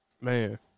Man